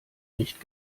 nicht